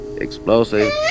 Explosive